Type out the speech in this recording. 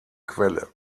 quelle